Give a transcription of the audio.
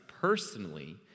personally